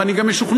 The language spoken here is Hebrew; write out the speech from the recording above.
ואני גם משוכנע,